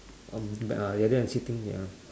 um too bad lah you don't have seating ya